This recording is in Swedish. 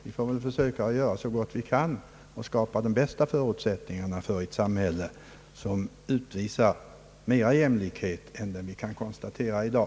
Vi får försöka göra så gott vi kan och skapa de bästa förutsättningarna för ett samhälle, som utvisar större jämlikhet än den vi kan konstatera i dag.